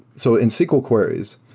so in sql queries,